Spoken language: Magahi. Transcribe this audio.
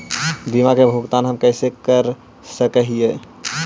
बीमा के भुगतान हम कैसे कैसे कर सक हिय?